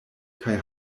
kaj